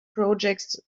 projects